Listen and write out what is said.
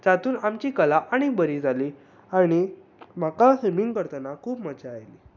जातूंत आमची कला आनीक बरी जाली आनी म्हाका स्विमींग करतना खूब मज्जा आयली